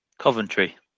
Coventry